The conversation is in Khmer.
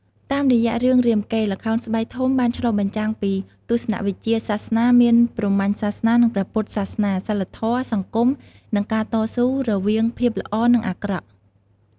តាមរយៈរឿងរាមកេរ្តិ៍ ល្ខោនស្បែកធំបានឆ្លុះបញ្ចាំងពីទស្សនវិជ្ជាសាសនា មាន ព្រហ្មញ្ញសាសនា និងព្រះពុទ្ធសាសនា សីលធម៌ សង្គម និងការតស៊ូរវាងភាពល្អ និងអាក្រក់។